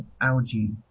algae